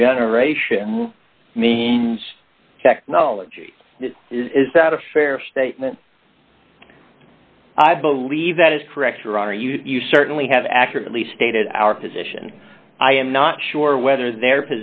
generation means technology is that a fair statement i believe that is correct or are you certainly have accurately stated our position i am not sure whether their